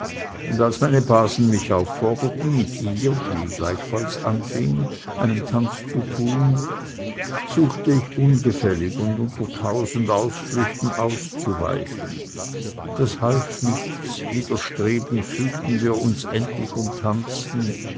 und als meine basen mich aufforderten mit ihr die gleichfalls anfing einen tanz zu tun suchte ich ungefällig und unter tausend ausflüchten auszuweichen dieses half nichts widerstrebend fügten wir uns endlich und tanzten